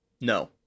No